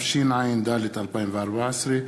התשע"ד 2014,